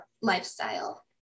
lifestyle